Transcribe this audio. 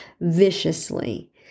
viciously